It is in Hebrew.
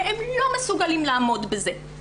והם לא מסוגלים לעמוד בזה.